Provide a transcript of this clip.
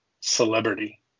celebrity